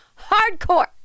hardcore